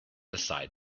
aside